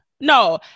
No